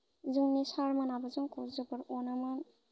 जोंनि सारमोनआबो जोंखौ जोबोद अनोमोन